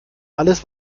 alles